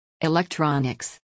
Electronics